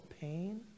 pain